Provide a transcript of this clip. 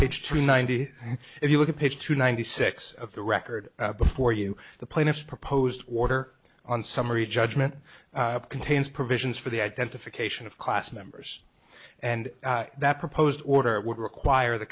three ninety if you look at page two ninety six of the record before you the plaintiffs proposed order on summary judgment contains provisions for the identification of class members and that proposed order would require the